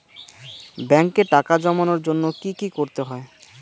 ব্যাংকে টাকা জমানোর জন্য কি কি করতে হয়?